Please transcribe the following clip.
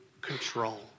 control